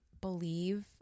believe